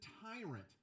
tyrant